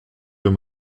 deux